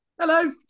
Hello